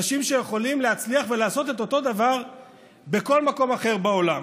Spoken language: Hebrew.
אנשים שיכולים להצליח ולעשות את אותו דבר בכל מקום אחר בעולם,